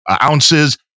ounces